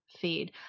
feed